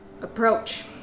Approach